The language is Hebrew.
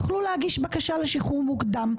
יוכלו להגיש בקשה לשחרור מוקדם.